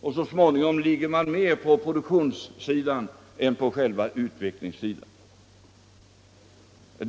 Och så småningom kommer man då att ligga mer på produktionssidan än på själva utvecklingssidan.